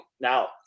Now